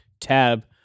tab